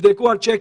תבדקו על שיקים,